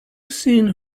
seen